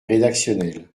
rédactionnel